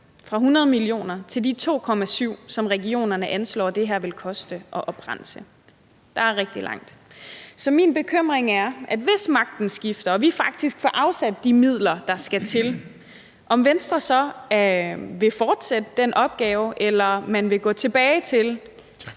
fra 100 mio. kr. til de 2,7 mia. kr., som regionerne anslår at det her vil koste at oprense. Der er rigtig langt. Så min bekymring er, hvis magten skifter og vi faktisk får afsat de midler, der skal til, om Venstre så vil fortsætte den opgave, eller om man vil gå tilbage til